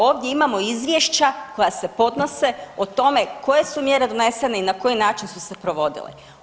Ovdje imamo izvješća koja se podnose o tome koje su mjere donesene i na koji način su se provodile.